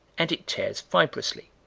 and it tears fibrously.